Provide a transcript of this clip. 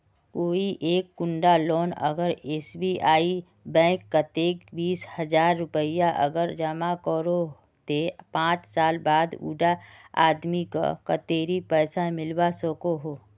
कोई एक कुंडा लोग अगर एस.बी.आई बैंक कतेक बीस हजार रुपया अगर जमा करो ते पाँच साल बाद उडा आदमीक कतेरी पैसा मिलवा सकोहो?